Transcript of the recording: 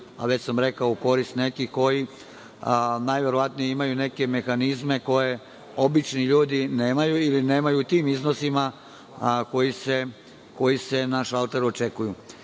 a već sam rekao, u korist nekih koji najverovatnije imaju neke mehanizme koje obični ljudi nemaju ili nemaju u tim iznosima koji se na šalteru očekuju. Nigde